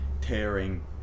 tearing